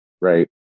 right